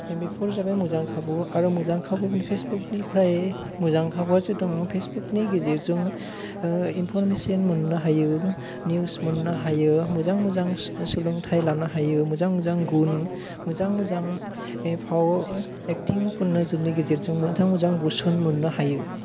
बेफोर जाबाय मोजां खाबु आरो मोजां खाबु फेसबुखनिफ्राय मोजां खाबुआसो दङ फेसबुखनि गेजेरजों इनपरमेसन मोननो हायो निउस मोननो हायो मोजां मोजां सोलोंथाइ लानो हायो मोजां मोजां गुन मोजां मोजां फाव एखथिं फोरनि गेजेरजों मोजां मोजां बोसोन मोननो हायो